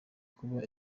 kuba